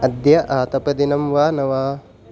अद्य आतपदिनं वा न वा